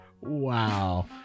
Wow